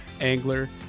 angler